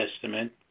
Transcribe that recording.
Testament